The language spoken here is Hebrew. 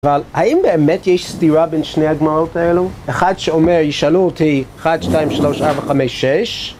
אבל האם באמת יש סתירה בין שני הגמרות האלו? אחד שאומר ישאלו אותי: 1, 2, 3, 4, 5, 6